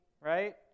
right